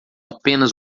apenas